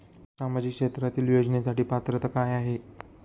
सामाजिक क्षेत्रांतील योजनेसाठी पात्रता काय आहे?